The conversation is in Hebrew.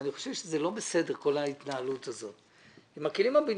אני חושב שזה לא בסדר כל ההתנהלות הזאת עם הכלים הבינוניים.